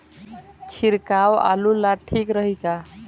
छिड़काव आलू ला ठीक रही का?